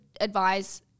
advise